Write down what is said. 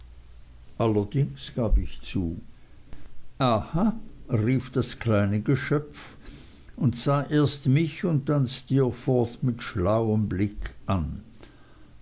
allerdings gab ich zu aha rief das kleine geschöpf und sah erst mich und dann steerforth mit schlauem blick an